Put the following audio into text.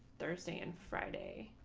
thursday and friday.